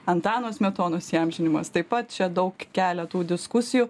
antano smetonos įamžinimas taip pat čia daug kelia tų diskusijų